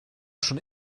schon